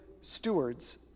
stewards